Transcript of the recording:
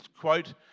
quote